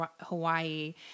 Hawaii